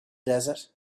desert